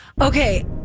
Okay